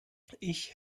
ich